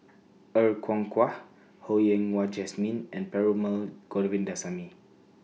Er Kwong Wah Ho Yen Wah Jesmine and Perumal Govindaswamy